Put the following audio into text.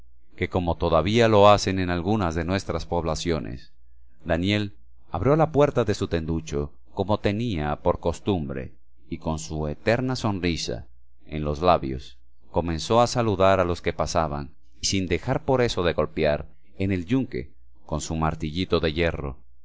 que como todavía lo hacen en algunas de nuestras poblaciones daniel abrió la puerta de su tenducho como tenía por costumbre y con su eterna sonrisa en los labios comenzó a saludar a los que pasaban sin dejar por eso de golpear en el yunque con su martillito de hierro